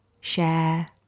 share